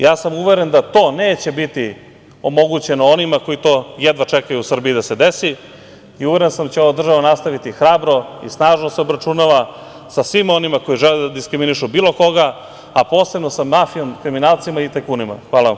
Ja sam uveren da to neće biti omogućeno onima koji to jedva čekaju u Srbiji da se desi i uveren sam da će ova država nastaviti hrabro i snažno da se obračunava sa svima onima koji žele da diskriminišu bilo koga, a posebno sa mafijom, kriminalcima i tajkunima.